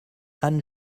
anne